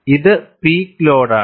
ഇത് പീക്ക് ലോഡിലാണ്